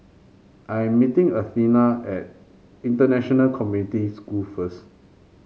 I am meeting Athena at International Community School first